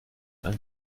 ein